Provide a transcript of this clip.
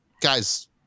guys